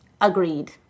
Agreed